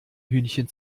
hühnchen